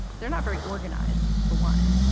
they're not very organized. for one,